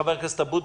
חבר הכנסת אבוטבול,